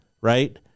Right